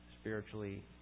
spiritually